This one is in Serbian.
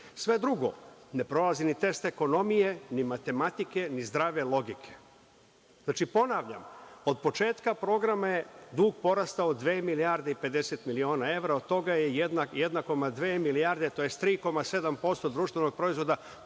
Sve drugo ne prolazi ni tekst ekonomije, ni matematike, ni zdrave logike. Ponavljam, od početka programa dug je porastao 2 milijarde i 50 miliona evra, od toga je 1,2 milijarde tj. 3,7% BDP poznata